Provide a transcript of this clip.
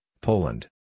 Poland